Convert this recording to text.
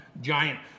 giant